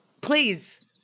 please